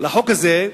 לחוק הזה,